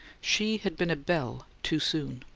she had been a belle too soon.